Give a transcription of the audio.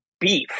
beef